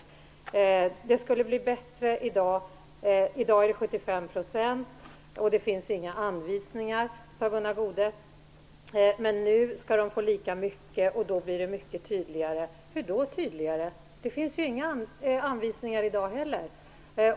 Det skulle bli bättre nu. I dag är bidraget 75 %. Det finns inga anvisningar, säger Gunnar Goude, men nu skall friskolorna få lika mycket och då blir det mycket tydligare. Hur då tydligare? Det finns ju inga anvisningar nu heller.